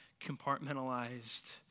compartmentalized